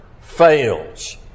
fails